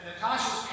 Natasha's